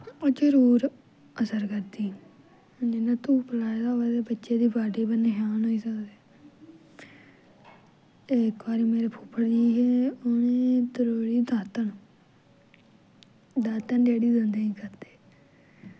ओह् जरूर असर करदी हून जियां धूफ लाए दा होऐ ते बच्चे दी बाडी पर निशान होई सकदे ते इक बारी मेरे फुफ्फड़ जी हे उ'नें त्रोड़ी दातन दातन जेह्ड़ी दंदे गी करदे